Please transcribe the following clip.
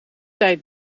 tijd